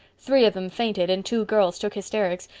three of them fainted, and two girls took hysterics,